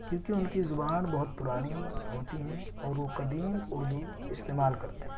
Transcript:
کیونکہ ان کی زبان بہت پرانی ہوتی ہیں اور وہ قدیم اردو استعمال کرتے ہیں